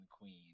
Queen